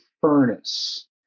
furnace